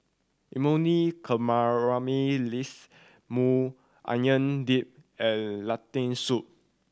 Imoni Caramelize Maui Onion Dip and Lentil Soup